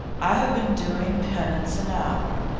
i have been doing penance an hour.